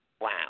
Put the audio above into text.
Wow